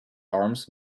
arms